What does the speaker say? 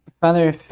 Father